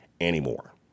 anymore